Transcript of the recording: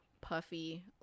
puffy